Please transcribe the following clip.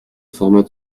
format